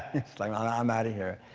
it's like, i'm outta here.